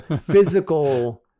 physical